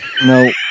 no